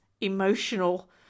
emotional